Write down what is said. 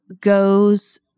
goes